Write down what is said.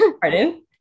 pardon